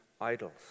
idols